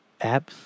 apps